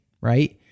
Right